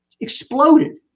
exploded